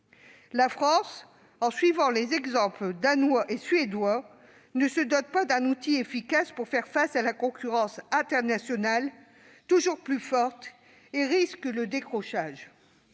La France, en suivant les exemples danois et suédois, ne se dote pas d'un outil efficace pour faire face à la concurrence internationale toujours plus forte, et risque le décrochage.